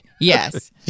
Yes